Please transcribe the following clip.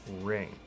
ring